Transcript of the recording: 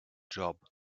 job